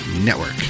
Network